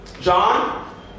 John